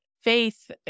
faith